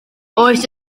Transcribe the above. oes